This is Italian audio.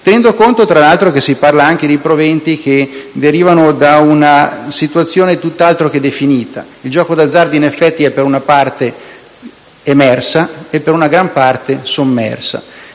tenendo conto, tra l'altro, che si parla anche di proventi che derivano da una situazione tutt'altro che definita. Il gioco d'azzardo, in effetti, ha una parte emersa e una gran parte sommersa,